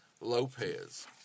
Lopez